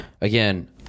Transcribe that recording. Again